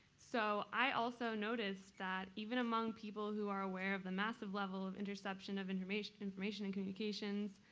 so i also noticed that even among people who are aware of the massive level of interception of information information and communications,